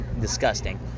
Disgusting